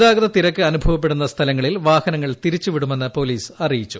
ഗതാഗതത്തിരക്ക് അനുഭവപ്പെടുന്ന സ്ഥലങ്ങളിൽ വാഹനങ്ങൾ തിരിച്ച് വിടുമെന്ന് പോലീസ് അറിയിച്ചു